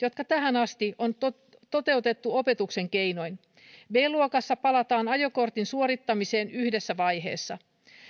jotka tähän asti on toteutettu opetuksen keinoin b luokassa palataan ajokortin suorittamiseen yhdessä vaiheessa